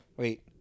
Wait